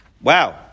wow